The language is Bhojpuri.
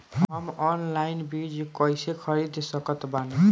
हम ऑनलाइन बीज कइसे खरीद सकत बानी?